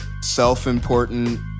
self-important